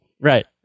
Right